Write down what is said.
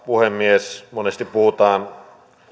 puhemies monesti puhutaan